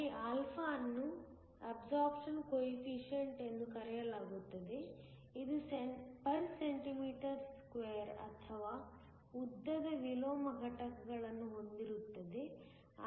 ಅಲ್ಲಿ α ಅನ್ನು absorption coefficient ಎಂದು ಕರೆಯಲಾಗುತ್ತದೆ ಇದು cm 1 ಅಥವಾ ಉದ್ದದ ವಿಲೋಮ ಘಟಕಗಳನ್ನು ಹೊಂದಿರುತ್ತದೆ